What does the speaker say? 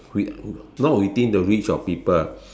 we not within the reach of people